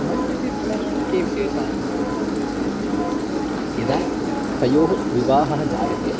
मण्टपे पुनः के विशेषाः भवन्ति इति चेत् यदा तयोः विवाहः जायते